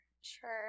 Sure